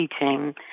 teaching